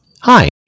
Hi